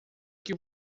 que